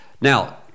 Now